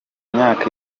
imyaka